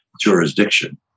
jurisdiction